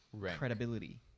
credibility